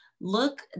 Look